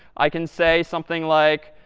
i can say something like,